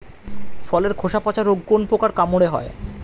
ফলের খোসা পচা রোগ কোন পোকার কামড়ে হয়?